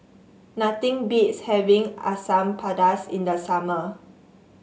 nothing beats having Asam Pedas in the summer